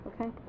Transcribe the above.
okay